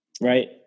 right